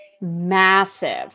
massive